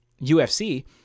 UFC